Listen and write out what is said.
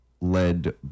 led